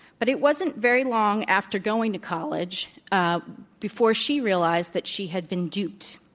but it wasn't very long after going to college before she realized that she had been duped.